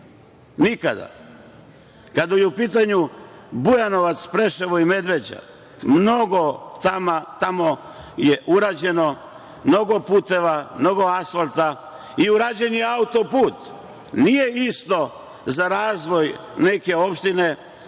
Nikada. Kada su u pitanju Bujanovac, Preševo i Medveđa, mnogo fama tamo je urađeno, mnogo puteva, mnogo asfalta. Urađen je i autoput. Nije isto za razvoj neke opštine